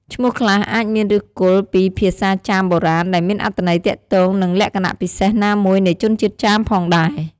ឈ្មោះខ្លះអាចមានឫសគល់ពីភាសាចាមបុរាណ ដែលមានអត្ថន័យទាក់ទងទៅនឹងលក្ខណៈពិសេសណាមួយនៃជនជាតិចាមផងដែរ។